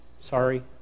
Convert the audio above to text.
Sorry